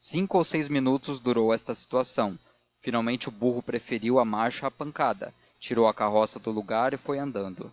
cinco ou seis minutos durou esta situação finalmente o burro preferiu a marcha à pancada tirou a carroça do lugar e foi andando